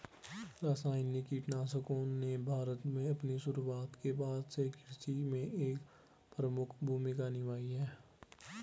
रासायनिक कीटनाशकों ने भारत में अपनी शुरूआत के बाद से कृषि में एक प्रमुख भूमिका निभाई है